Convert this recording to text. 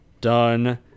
done